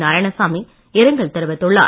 நாராயணசாமி இரங்கல் தெரிவித்துள்ளார்